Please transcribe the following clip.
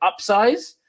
upsize